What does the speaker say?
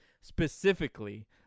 specifically